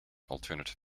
alternative